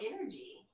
energy